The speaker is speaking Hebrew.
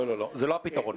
לא, זה לא הפתרון.